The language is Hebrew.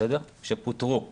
שפוטרו